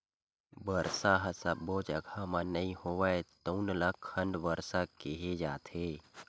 बरसा ह सब्बो जघा म नइ होवय तउन ल खंड बरसा केहे जाथे